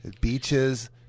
beaches